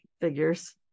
figures